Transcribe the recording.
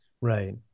Right